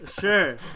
Sure